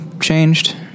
changed